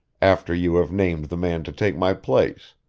after you have named the man to take my place.